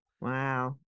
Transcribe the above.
Wow